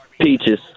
Peaches